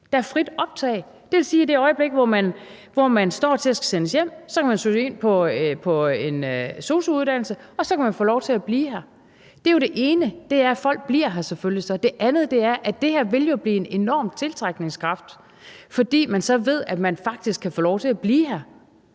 er der frit optag. Det vil sige, at i det øjeblik, hvor man står til at skulle sendes hjem, kan man søge ind på en sosu-uddannelse, og så kan man få lov til at blive her. Det er jo det ene: Folk bliver her jo så selvfølgelig. Det andet er, at det her jo vil have en enorm tiltrækningskraft, fordi man ved, at man faktisk kan få lov til at blive her,